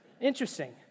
Interesting